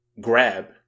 grab